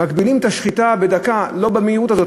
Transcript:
מגבילים את השחיטה בדקה, לא במהירות הזאת.